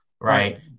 right